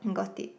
got it